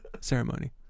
ceremony